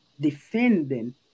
defending